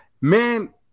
Man